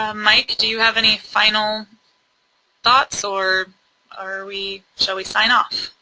um mike do you have any final thoughts or are we, shall we sign off.